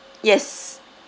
yes